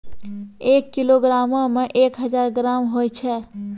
एक किलोग्रामो मे एक हजार ग्राम होय छै